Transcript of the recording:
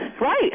right